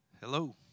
Hello